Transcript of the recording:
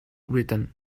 written